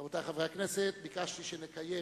רבותי חברי הכנסת, ביקשתי שנקיים